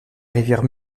rivière